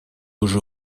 уже